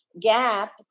gap